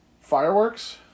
fireworks